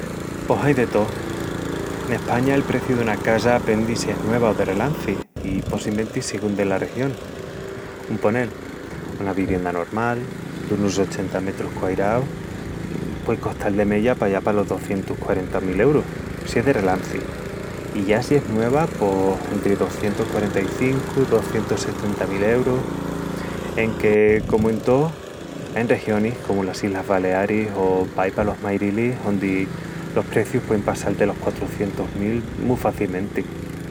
Pos ai de tó... N'España, el preciu duna casa pendi si es nueva o de relanci i, possimenti, sigún dela región... Un ponel, una vivienda normal, dunus ochenta metrus quairaus puei costal de meya pallá palos docientus quarenta mil eurus si es de relanci... i ya si es nueva, pos... entri docientus quarenta-i-cincu, docientus setenta mil eurus. Eenque... comu en tó, ain regionis, comu las Islas Balearis o paí palos Mairilis, ondi los precius puein passal delos quatrucientus mil mu facimenti.